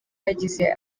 yagize